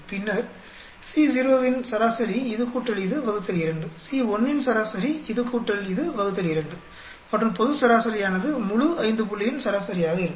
பின்னர் Co இன் சராசரி இது கூட்டல் இது வகுத்தல் 2 C1 இன் சராசரி இது கூட்டல் இது வகுத்தல் 2 மற்றும் பொது சராசரியானது முழு ஐந்து புள்ளியின் சராசரியாக இருக்கும்